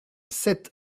sept